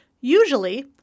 Usually